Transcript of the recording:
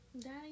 Daddy